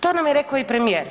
To nam je rekao i premijer.